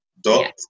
dot